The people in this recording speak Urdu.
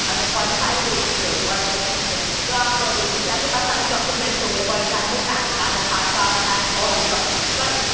اچھا فورٹی فائیو ایج کے ہو اچھا ٹھیک ہے تو آپ بیسیکلی آپ کے پاس سارے ڈاکیومینٹس ہوں گے for example PAN card Aadhaar card and all the documents right